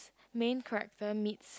main character meets